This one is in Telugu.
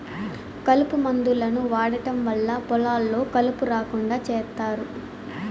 కలుపు మందులను వాడటం వల్ల పొలాల్లో కలుపు రాకుండా చేత్తారు